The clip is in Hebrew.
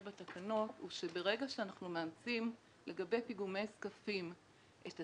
בתקנות הוא שברגע שאנחנו מאמצים לגבי פיגומי זקפים את התקן,